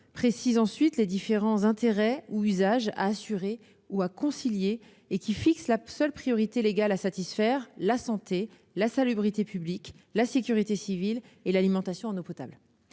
précise les différents intérêts ou usages à assurer ou à concilier. Il fixe ainsi les seules priorités légales à satisfaire : la santé, la salubrité publique, la sécurité civile et l'alimentation en eau potable.